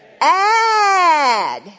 Add